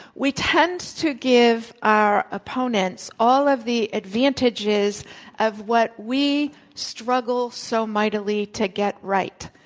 we tend to give our opponents all of the advantages of what we struggled so mightily to get right,